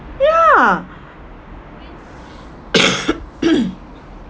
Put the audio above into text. ya